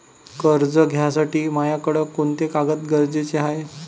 कर्ज घ्यासाठी मायाकडं कोंते कागद गरजेचे हाय?